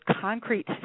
concrete